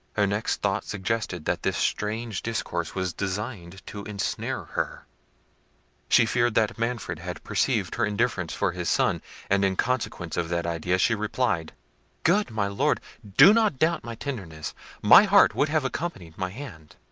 her next thought suggested that this strange discourse was designed to ensnare her she feared that manfred had perceived her indifference for his son and in consequence of that idea she replied good my lord, do not doubt my tenderness my heart would have accompanied my hand.